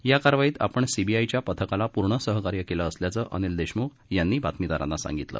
या कारवाईत आपण सीबीआयच्या पथकाला पूर्ण सहकार्य केलं असल्याचं अनिल देशम्ख यांनी बातमीदारांना सांगितलं